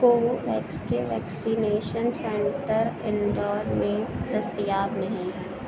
کو ویکس کے vaccination centre Indore میں دستیاب نہیں ہیں